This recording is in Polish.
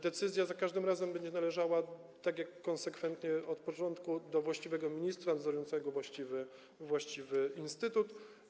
Decyzja za każdym razem będzie należała, tak jak konsekwentnie od początku, do właściwego ministra nadzorującego właściwy instytut.